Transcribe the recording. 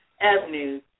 avenues